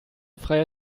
freie